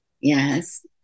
Yes